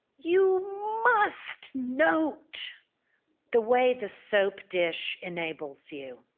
you must note the way the soap dish enables you,